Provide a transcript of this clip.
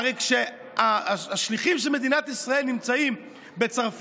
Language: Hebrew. הרי שכשהשליחים של מדינת ישראל נמצאים בצרפת